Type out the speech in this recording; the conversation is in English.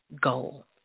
goal